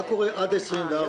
מה קורה עד ה-24?